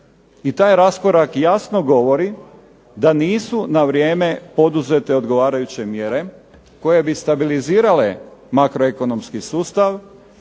i taj raskorak jasno govori da nisu na vrijeme poduzete odgovarajuće mjere koje bi stabilizirale makroekonomski sustav